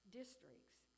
districts